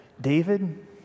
David